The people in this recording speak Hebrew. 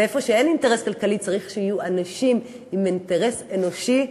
ובמקום שאין אינטרס כלכלי צריך שיהיו אנשים עם אינטרס אנושי,